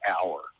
hour